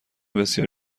بسیار